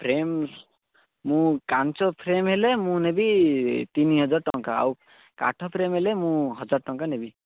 frames ମୁଁ କାଚ frame ହେଲେ ମୁଁ ନେବି ତିନିହଜାର ଟଙ୍କା ଆଉ କାଠ ଫ୍ରେମ ହେଲେ ମୁଁ ହଜାର ଟଙ୍କା ନେବି